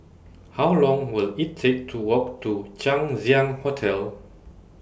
How Long Will IT Take to Walk to Chang Ziang Hotel